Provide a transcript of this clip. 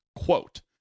Quote